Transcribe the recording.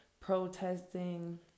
protesting